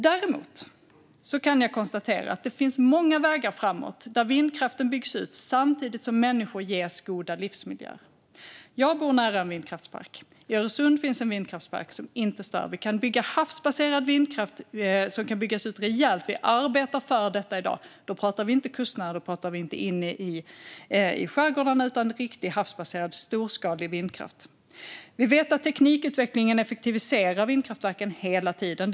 Däremot kan jag konstatera att det finns många vägar framåt där vindkraften byggs ut samtidigt som människor ges goda livsmiljöer. Jag bor nära en vindkraftspark. I Öresund finns en vindkraftspark, som inte stör. Vi kan bygga havsbaserad vindkraft som kan byggas ut rejält. Vi arbetar för detta i dag, och då pratar vi inte kustnära och inte inne i skärgården utan om riktig, havsbaserad, storskalig vindkraft. Vi vet att teknikutvecklingen effektiviserar vindkraftverken hela tiden.